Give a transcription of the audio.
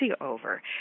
over